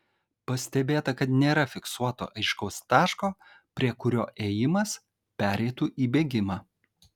pastebėta kad nėra fiksuoto aiškaus taško prie kurio ėjimas pereitų į bėgimą